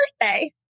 birthday